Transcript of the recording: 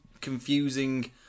confusing